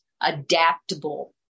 adaptable